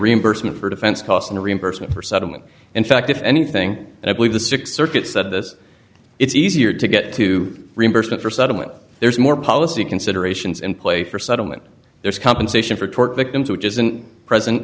reimbursement for defense costs and a reimbursement for settlement in fact if anything i believe the th circuit said this it's easier to get to reimbursement for settlement there's more policy considerations and play for settlement there's compensation for tort victims which isn't present